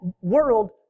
world